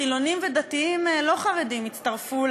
חילונים ודתיים, לא חרדים, הצטרפו